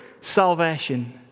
Salvation